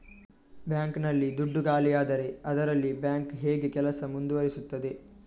Bank ನಲ್ಲಿ ದುಡ್ಡು ಖಾಲಿಯಾದರೆ ಅದರಲ್ಲಿ ಬ್ಯಾಂಕ್ ಹೇಗೆ ಕೆಲಸ ಮುಂದುವರಿಸುತ್ತದೆ?